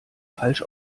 falsch